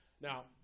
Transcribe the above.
Now